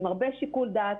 עם הרבה שיקול דעת,